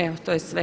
Evo to je sve.